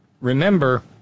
remember